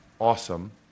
Awesome